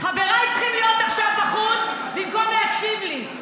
חבריי צריכים להיות עכשיו בחוץ במקום להקשיב לי.